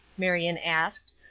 marion asked,